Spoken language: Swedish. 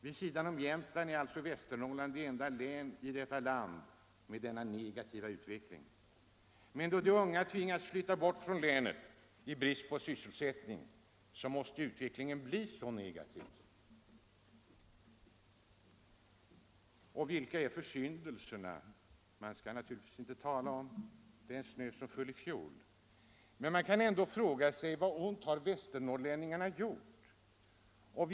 Vid sidan av Jämtland är Västernorrland därmed det enda län i landet med denna negativa utveckling. Och eftersom de unga i brist på sysselsättning tvingas flytta bort från länet måste ju utvecklingen bli negativ. Vilka är då de begångna försyndelserna? Ja, man skall väl inte tala om den snö som föll i fjol, men man kan ju fråga vad invånarna i Västernorrlands län har gjort för ont.